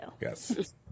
Yes